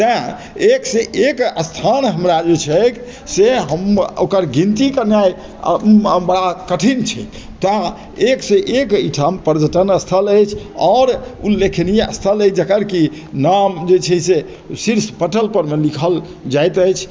तैं एकसँ एक स्थान हमरा जे छैक से हम ओकर गिनती केनाइ बड़ा कठिन छै तैं एकसँ एक अइठाम पर्यटन स्थल अछि आओर उल्लेखनीय स्थल अछि जकर कि नाम जे छै से शीर्ष पटल परमे लिखल जाइत अछि